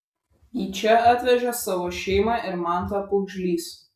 į čia atvežė savo šeimą ir mantą pūgžlys